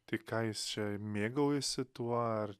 tai ką jis čia mėgaujasi tuo ar